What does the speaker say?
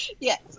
yes